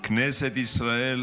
כנסת ישראל,